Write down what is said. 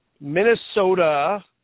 Minnesota